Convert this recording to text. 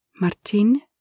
Martin